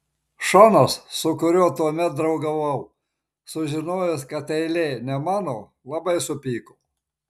šonas su kuriuo tuomet draugavau sužinojęs kad eilė ne mano labai supyko